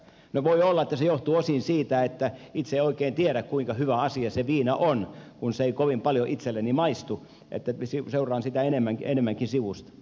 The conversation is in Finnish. no voi olla että se johtuu osin siitä että itse en oikein tiedä kuinka hyvä asia se viina on kun se ei kovin paljon itselleni maistu että seuraan sitä enemmänkin sivusta